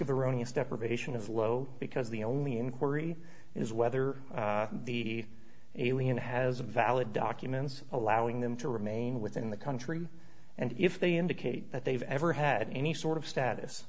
of erroneous deprivation of low because the only inquiry is whether the alien has a valid documents allowing them to remain within the country and if they indicate that they've ever had any sort of status